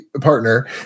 partner